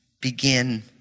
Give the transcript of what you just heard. begin